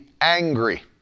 angry